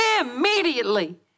Immediately